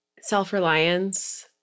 Self-reliance